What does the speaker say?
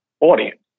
audience